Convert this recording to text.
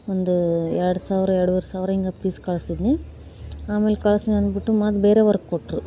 ಒಂದು ಎರ್ಡು ಸಾವಿರ ಎರಡೂವರೆ ಸಾವಿರ ಹೀಗೆ ಪೀಸ್ ಕಳಿಸ್ತಿದ್ದೆ ಆಮೇಲೆ ಕಳ್ಸಿಲ್ಲ ಅಂದ್ಬಿಟ್ಟು ಮತ್ತೆ ಬೇರೆ ವರ್ಕ್ ಕೊಟ್ಟರು